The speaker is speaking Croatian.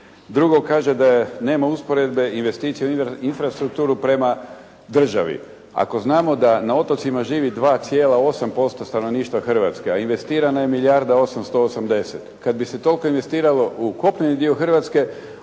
Drugo, kaže da nema usporedbe investicije u infrastrukturu prema državi. Ako znamo da na otocima živi 208% stanovništva Hrvatske, a investirana je milijarda 880, kad bi se toliko investiralo u kopneni dio Hrvatske,